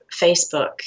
Facebook